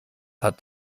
hat